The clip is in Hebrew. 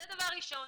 זה דבר ראשון.